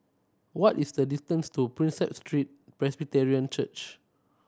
what is the distance to Prinsep Street Presbyterian Church